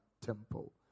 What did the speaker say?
Temple